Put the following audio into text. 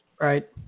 right